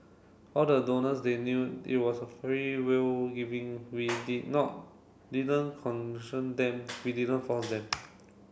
all the donors they knew it was a freewill giving we did not didn't them we didn't force them